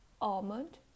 almond